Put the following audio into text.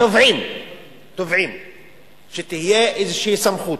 אנחנו תובעים שתהיה איזו סמכות.